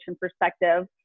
perspective